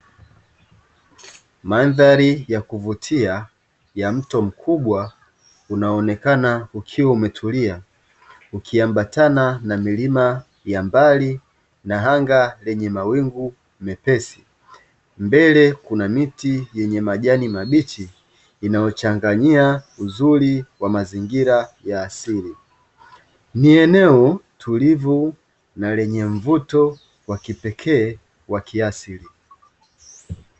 Mandhari ya kuvutia ya mto mkubwa unaonekana ukiwa umetulia ukiambatana na milima ya mbali, na anga lenye mawingu mepesi. Mbele kuna miti yenye majani mabichi inayo changanyia uzuri wa mazingira ya asili, ni eneo tulivu na lenye mvuto wa kipekee wa kiasili.